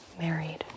married